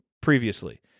previously